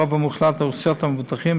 הרוב המוחלט של אוכלוסיית המבוטחים,